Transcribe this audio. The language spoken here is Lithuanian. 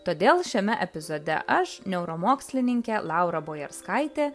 todėl šiame epizode aš neuromokslininkė laura bojarskaitė